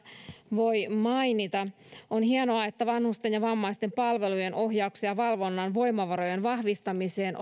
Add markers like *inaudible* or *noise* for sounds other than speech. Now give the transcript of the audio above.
voi mainita on hienoa että resursseja osoitetaan niin vanhusten ja vammaisten palvelujen ohjauksen ja valvonnan voimavarojen vahvistamiseen *unintelligible*